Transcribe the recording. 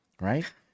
right